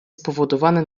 spowodowane